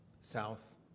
south